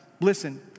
Listen